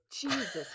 Jesus